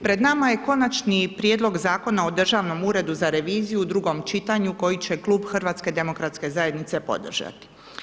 Pred nama je Konačni prijedlog Zakona o Državnom uredu za reviziju u drugom čitanju koji će klub HDZ-a podržati.